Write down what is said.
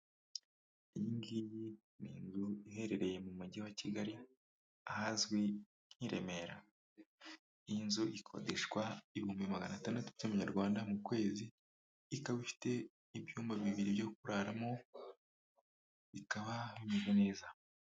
Iyi ngiyi ni inzu iherereye mu mujyi wa Kigali ahazwi nk'i R,emera iyi nzu ikodeshwa ibihumbi magana atandatu by'amanyarwanda mu kwezi ikaba ifite ibyumba bibiri byo kuraramo bikaba bimeze neza.